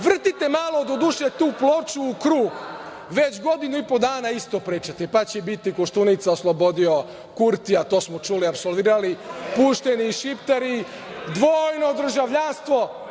Vrtite malo, doduše, tu ploču u krug. Već godinu i po dana isto pričate, pa će biti – Koštunica oslobodio Kurtija, to smo čuli i apsolvirali, pušteni šiptari, dvojno državljanstvo.